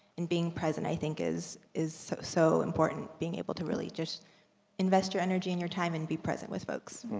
and being present i think is, is so so important. being able to really just invest your energy and your time, and be present with folks.